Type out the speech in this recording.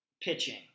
pitching